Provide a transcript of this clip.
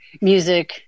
Music